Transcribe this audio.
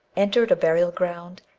entered a burial ground,